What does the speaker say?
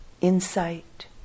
insight